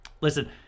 Listen